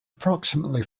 approximately